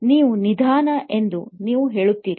ನೀವು ನಿಧಾನ ಎಂದು ಏನು ಹೇಳುತ್ತೀರಿ